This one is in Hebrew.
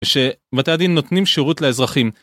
שבתי הדין נותנים שירות לאזרחים.